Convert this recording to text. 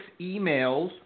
emails